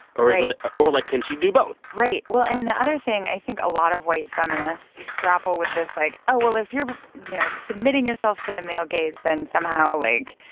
or is it like or like, can she do both? right. well, and the other thing i think a lot of white feminists grapple with this, like, oh, well, if you're, you know, submitting yourself to the male gaze then somehow, like,